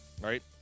Right